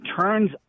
turns